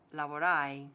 lavorai